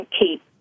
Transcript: keep